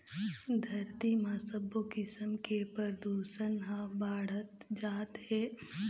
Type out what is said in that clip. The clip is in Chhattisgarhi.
धरती म सबो किसम के परदूसन ह बाढ़त जात हे